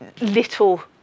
little